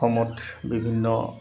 অসমত বিভিন্ন